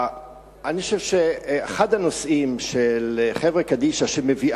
אני חושב שאחד הנושאים של חברה קדישא שמביא